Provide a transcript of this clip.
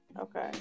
Okay